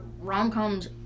rom-coms